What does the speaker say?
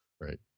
Right